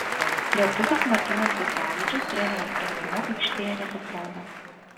lietuvis martynas gecevičius trenerio sprendimu aikštėje nepasirodė